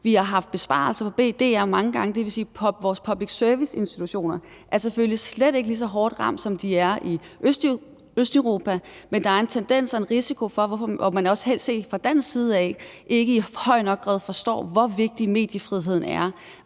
vi har haft besparelser på DR mange gange, og det vil sige, at vores public service-institutioner selvfølgelig slet ikke er lige så hårdt ramt, som de er i Østeuropa, men der er en tendens til og en risiko for, at man ikke – også fra dansk side af – i høj grad nok forstår, hvor vigtig mediefriheden er,